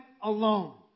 alone